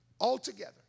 altogether